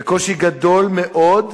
בקושי גדול מאוד,